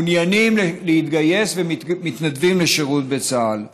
מעוניינים להתגייס ומתנדבים לשירות בצה"ל,